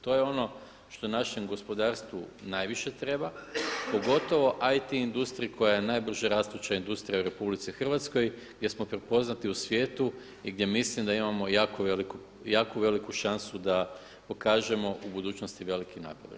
To je ono što našem gospodarstvu najviše treba, pogotovo IT industriji koja je najbrže rastuća industrija u RH gdje smo prepoznati u svijetu i gdje mislim da imamo jako veliku šansu da pokažemo u budućnosti veliki napredak.